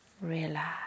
Relax